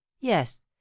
yes